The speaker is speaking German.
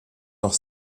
noch